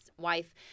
wife